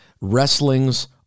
wrestling's